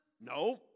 No